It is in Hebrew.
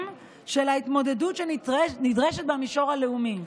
של ההתמודדות שנדרשת במישור הלאומי.